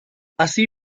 así